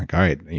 all right.